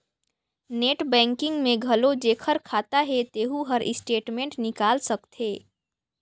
net banking में घलो जेखर खाता हे तेहू हर स्टेटमेंट निकाल सकथे